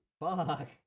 Fuck